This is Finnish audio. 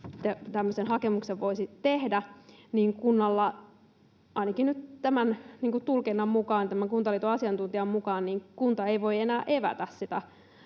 tämmöisen hakemuksen, voisi tehdä, niin ainakin nyt tämän tulkinnan mukaan, tämän Kuntaliiton asiantuntijan mukaan, kunta ei voi enää evätä sitä